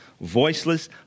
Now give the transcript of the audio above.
voiceless